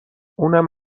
اونم